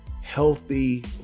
healthy